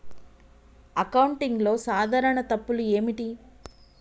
అకౌంటింగ్లో సాధారణ తప్పులు ఏమిటి?